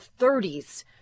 30s